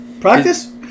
Practice